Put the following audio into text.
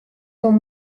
son